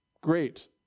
great